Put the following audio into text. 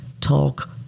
talk